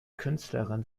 künstlerin